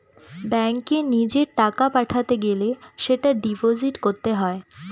ব্যাঙ্কে নিজের টাকা পাঠাতে গেলে সেটা ডিপোজিট করতে হয়